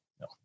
no